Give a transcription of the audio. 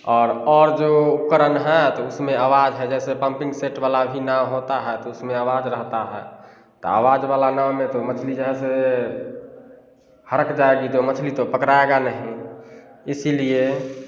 और और जो उपकड़न है उसमें आवाज है जैसे पंपिंग से वाला भी नाव होता है त उसमें अवाज रहता है त आवाज वाला नाव में जे है से हड़क जायेगी मछली तो पकड़ायेगा नहीं इसलिए